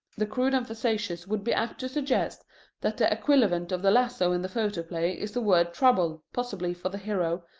the crude and facetious would be apt to suggest that the equivalent of the lasso in the photoplay is the word trouble, possibly for the hero,